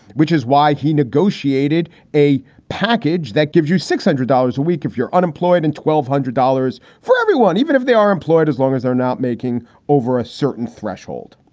which is why he negotiated a package that gives you six hundred dollars a week if you're unemployed. and twelve hundred dollars for everyone, even if they are employed, as long as they're not making over a certain threshold.